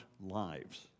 lives